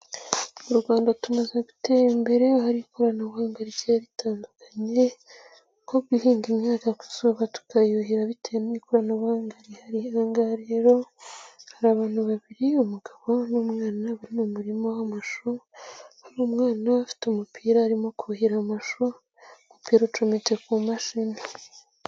Mu Rwanda tumaze gutera imbere ahari ikoranabuhanga rigiye ritandukanye nko guhinga imyaka kuzuba tukayuhira bitewe n'ikoranabuhanga rihari. Ahangah rero hari abantu babiri umugabo n'umwana bari mu murima w'amashu, hari umwana ufite umupira arimo kuhira amashu umupira ucometse ku mashini.